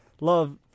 Love